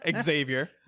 Xavier